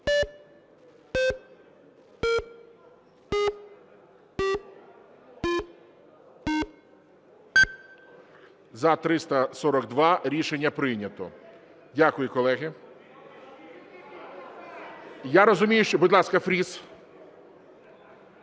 За-342 Рішення прийнято. Дякую, колеги. Я розумію, що… Будь ласка, Фріс.